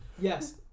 Yes